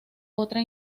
otra